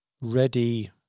ready